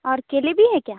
और केले भी है क्या